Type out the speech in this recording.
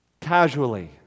casually